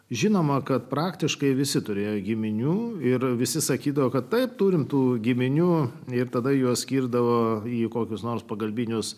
žinoma kad praktiškai visi turėjo giminių ir visi sakydavo kad tai turime tų giminių ir tada juos skirdavo į kokius nors pagalbinius